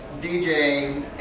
DJing